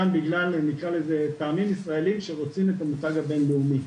גם בגלל נקרא לזה "טעמים ישראליים" שרוצים את המותג הבין לאומי.